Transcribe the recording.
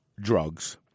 drugs